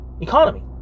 economy